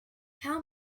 how